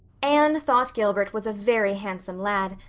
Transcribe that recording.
anne thought gilbert was a very handsome lad,